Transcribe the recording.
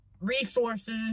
resources